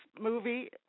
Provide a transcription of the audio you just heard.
movie